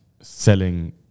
selling